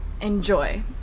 enjoy